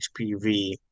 HPV